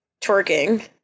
twerking